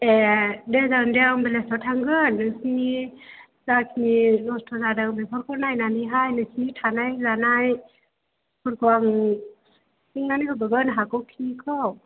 ए दे जागोन दे आं बेलासेयाव थांगोन नोंसोरनि जाखिनि खस्थ' जादों बेफोरखौ नायनानैहाय नोंसोरनि थानाय जानायफोरखौ आं सुफुंनानै होबोगोन हागौखिनिखौ